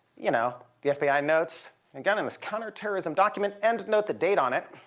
you know, the fbi notes, again in this counter-terrorism document and note the date on it